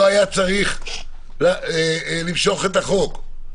לא היה צריך למשוך את החוק.